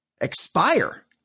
expire